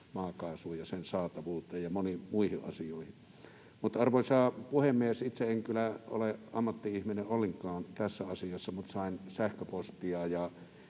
maakaasuun ja sen saatavuuteen ja moniin muihin asioihin. Arvoisa puhemies! Itse en kyllä ole ammatti-ihminen ollenkaan tässä asiassa, mutta sain sähköpostia,